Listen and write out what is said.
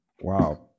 Wow